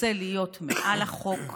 רוצה להיות מעל החוק,